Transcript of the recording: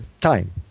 time